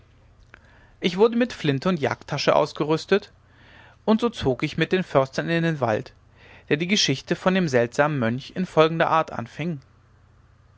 ich wurde mit flinte und jagdtasche ausgerüstet und so zog ich mit dem förster in den wald der die geschichte von dem seltsamen mönch in folgender art anfing